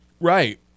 Right